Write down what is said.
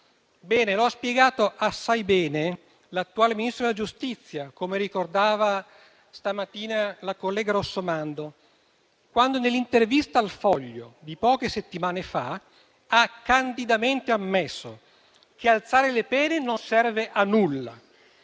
Lo ha spiegato assai bene l'attuale Ministro della giustizia, come ricordava stamattina la collega Rossomando, quando nell'intervista al «Foglio» di poche settimane fa ha candidamente ammesso che alzare le pene non serve a nulla